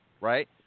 right